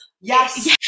Yes